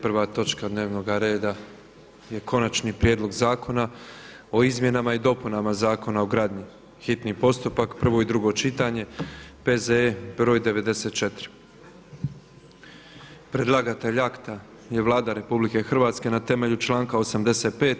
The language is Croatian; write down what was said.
Prva točka dnevnoga reda je: - Konačni prijedlog zakona o izmjenama i dopunama Zakona o gradnji, hitni postupak, prvo i drugo čitanje, P.Z.E. broj 94 Predlagatelj akta je Vlada RH na temelju članka 85.